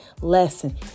lesson